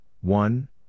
one